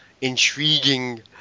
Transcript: intriguing